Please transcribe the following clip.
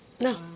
No